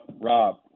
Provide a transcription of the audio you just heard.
Rob